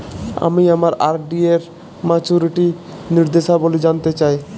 আমি আমার আর.ডি এর মাচুরিটি নির্দেশাবলী জানতে চাই